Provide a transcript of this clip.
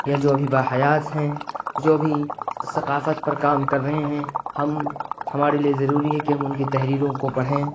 یا جو ابھی با حیات ہیں جو ابھی ثقافت پر کام کر رہے ہیں ہم ہمارے لیے ضروری ہے کہ ان کے تحریروں کو پڑھیں